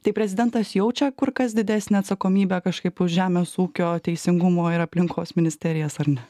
tai prezidentas jaučia kur kas didesnę atsakomybę kažkaip už žemės ūkio teisingumo ir aplinkos ministerijas ar ne